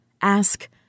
Ask